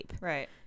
Right